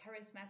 charismatic